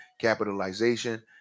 capitalization